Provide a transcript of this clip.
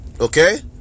Okay